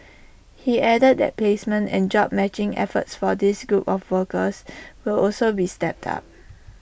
he added that placement and job matching efforts for this group of workers will also be stepped up